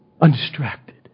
Undistracted